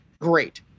Great